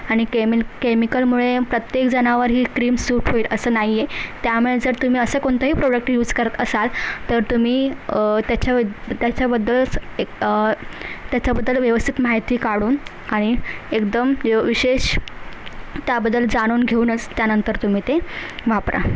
आणि केमील केमिकलमुळे प्रत्येक जणावर ही क्रीम सूट होईल असं नाही आहे त्यामुळे जर तुम्ही असं कोणतंही प्रॉडक्ट यूज करत असाल तर तुम्ही त्याच्याब त्याच्याबद्दल एक त्याच्याबद्दल व्यवस्थित माहिती काढून आणि एकदम विशेष त्याबद्दल जाणून घेऊनच त्यानंतर तुम्ही ते वापरा